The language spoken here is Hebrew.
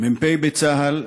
מ"פ בצה"ל,